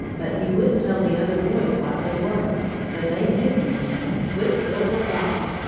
but he wouldn't tell the other boys what they were. so they nicknamed him quicksilver bob.